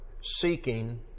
seeking